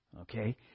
Okay